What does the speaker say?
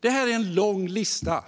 Detta var en lång lista